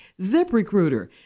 ZipRecruiter